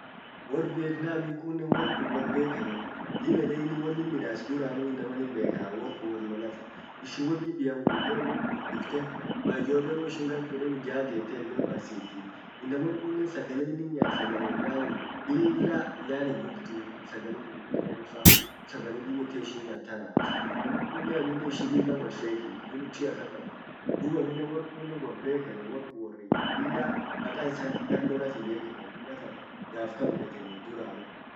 Worr Vietnami kunnen ishin worr bekenuu. Dib ede innin wonnin midas kun duranu inaman himbekaa, worr kun worr lollati. Ishin won dibiamu ijjolum gugurdifte, ijollen woishin gan kudeni jaa get loll barsifti. Inaman kunnen sagale innin nyaat, sagale yaani lilla yaani gubduu, sagale pilipiliafa sagale dib ete ishin nyaat tana. inaman kunnen amminen ishin lilla wolfetti, unity akan kaba dub amminen worr kunnen worr bekenu, worr kun worr lilla maka issan gar lollati bekenu dubattan gaf kaan hubetteni.